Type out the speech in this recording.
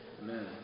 Amen